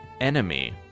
enemy